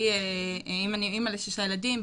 אני אמא לשישה ילדים,